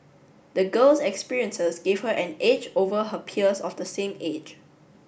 the girl's experiences gave her an edge over her peers of the same age